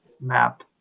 map